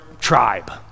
tribe